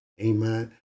Amen